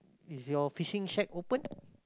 is your fishing shack open